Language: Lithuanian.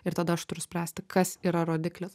ir tada aš turiu spręsti kas yra rodiklis